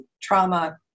trauma